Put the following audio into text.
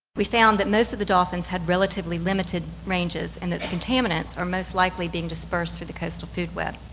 we found that most of the dolphins had relatively limited ranges and that the contaminants are most likely being dispersed through the coastal food web.